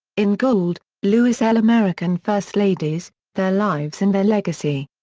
in gould, lewis l. american first ladies their lives and their legacy.